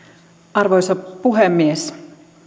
arvoisa puhemies